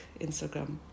Instagram